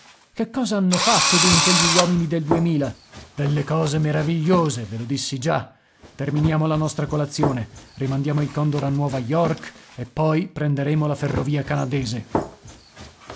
che cosa hanno fatto dunque gli uomini del duemila delle cose meravigliose ve lo dissi già terminiamo la nostra colazione rimandiamo il condor a nuova york e poi prenderemo la ferrovia canadese